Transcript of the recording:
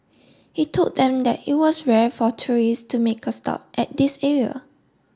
he told them that it was rare for tourist to make a stop at this area